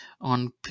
on